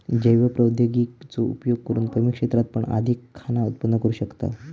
जैव प्रौद्योगिकी चो उपयोग करून कमी क्षेत्रात पण अधिक खाना उत्पन्न करू शकताव